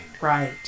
Right